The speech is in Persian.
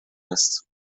هست